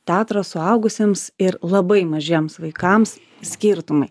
teatrą suaugusiems ir labai mažiems vaikams skirtumai